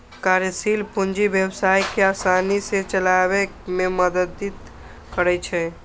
कार्यशील पूंजी व्यवसाय कें आसानी सं चलाबै मे मदति करै छै